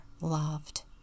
loved